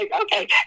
okay